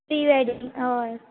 pre wedding हय